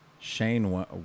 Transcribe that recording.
Shane